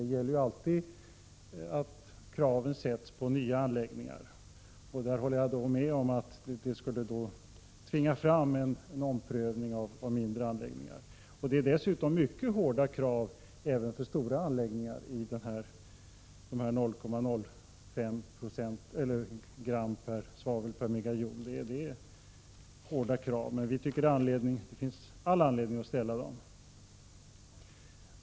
Krav ställs alltid på nya anläggningar, och jag håller med om att det skulle tvinga fram en omprövning av mindre anläggningar. 0,05 g svavel per MJ är dessutom ett mycket hårt krav även för stora anläggningar, men vi tycker att det finns all anledning att ställa hårda krav.